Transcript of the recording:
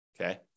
Okay